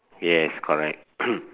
yes correct